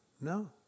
no